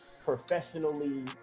professionally